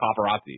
paparazzi